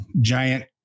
giant